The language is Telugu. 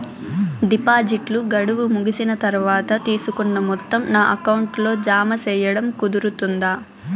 డిపాజిట్లు గడువు ముగిసిన తర్వాత, తీసుకున్న మొత్తం నా అకౌంట్ లో జామ సేయడం కుదురుతుందా?